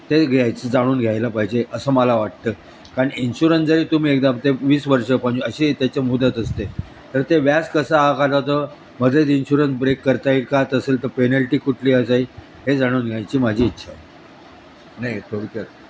ते घ्यायचं जाणून घ्यायला पाहिजे असं मला वाटतं कारण इन्शुरन्स जरी तुम्ही एकदा ते वीस वर्ष अशी त्याच्या मुदत असते तर ते व्यास कसा जातो मध्येच इन्श्युरन्स ब्रेक करता येईल का त असेल तर पेनेल्टी कुठली हे जाणून घ्यायची माझी इच्छा आहे नाही थोडक्यात